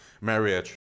marriage